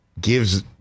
gives